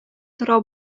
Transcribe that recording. тора